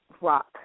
Rock